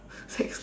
sex